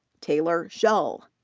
taylor shull.